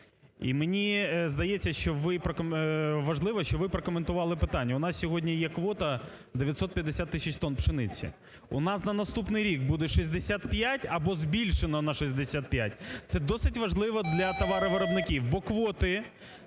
і мені здається, що ви проком... важливо, що ви прокоментували питання. У нас сьогодні є квота 950 тисяч тонн пшениці. У нас на наступний рік буде 65 або збільшено на 65? Це досить важливо для товаровиробників, бо квоти